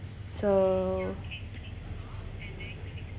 so